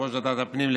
יושב-ראש ועדת הפנים,